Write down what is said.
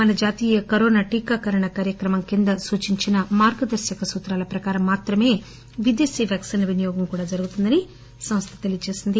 మన జాతీయ కరోనా టీకాకరణ కార్యక్రమం కింద సూచించిన మార్గదర్భక సూత్రాల ప్రకారం మాత్రమే విదేశీ వ్యాక్సిన్ల వినియోగం కూడా జరుగుతుందని సంస్ద తెలియజేసింది